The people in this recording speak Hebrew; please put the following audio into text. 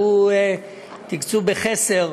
שהוא תקצוב בחסר.